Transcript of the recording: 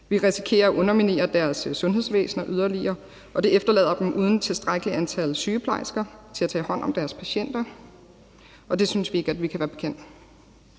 Vi risikerer at underminere deres sundhedsvæsener yderligere, og det efterlader dem uden tilstrækkelig antal sygeplejersker til at tage hånd om deres patienter, og det synes vi ikke i Alternativet at vi kan være bekendt.